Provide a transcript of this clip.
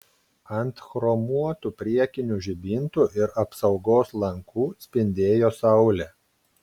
ant chromuotų priekinių žibintų ir apsaugos lankų spindėjo saulė